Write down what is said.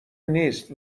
نیست